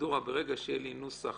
ברגע שיהיה נוסח